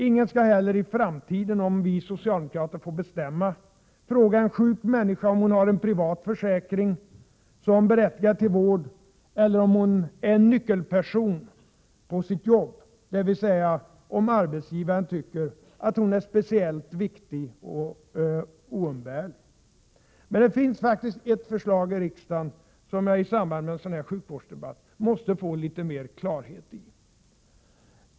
Ingen skall heller i framtiden, om vi socialdemokrater får bestämma, fråga en sjuk människa om hon har en privat försäkring som berättigar till vård eller om hon är en nyckelperson på sitt jobb, dvs. om arbetsgivaren tycker att hon är speciellt viktig och oumbärlig. Det finns faktiskt ett förslag i riksdagen som jag i en sådan här sjukvårdsdebatt måste få litet mer klarhet i.